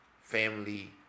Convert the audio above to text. family